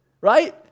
right